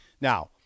Now